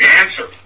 answer